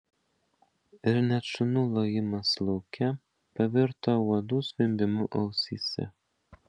ir net šunų lojimas lauke pavirto uodų zvimbimu ausyse